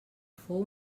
fou